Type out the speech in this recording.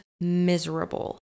miserable